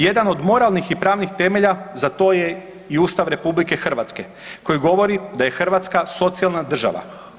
Jedan od moralnih i pravnih temelja za to je i Ustav RH koji govori da je Hrvatska socijalna država.